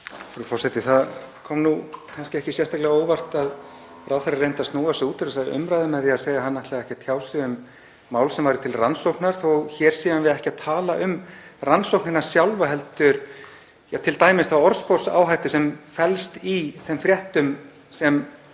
Frú forseti. Það kom kannski ekkert sérstaklega á óvart að ráðherrann reyndi að snúa sig út úr þessari umræðu með því að segja að hann ætlaði ekki að tjá sig um mál sem væri til rannsóknar, þó að hér séum við ekki að tala um rannsóknina sjálfa heldur t.d. þá orðsporsáhættu sem felst í þeim fréttum sem